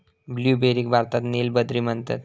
ब्लूबेरीक भारतात नील बद्री म्हणतत